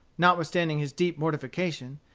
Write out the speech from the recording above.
notwithstanding his deep mortification,